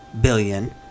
billion